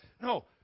no